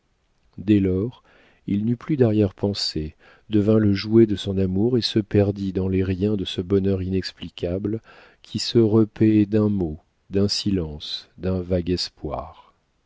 dès lors il n'eut plus darrière pensées devint le jouet de son amour et se perdit dans les riens de ce bonheur inexplicable qui se repaît d'un mot d'un silence d'un vague espoir